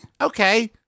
Okay